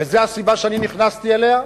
וזו הסיבה שאני נכנסתי אליה,